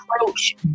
approach